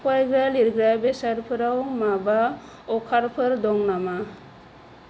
फरायग्रा लिरग्रा बेसादफोराव माबा अफारफोर दं नामा